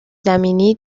زمینی